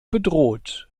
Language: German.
bedroht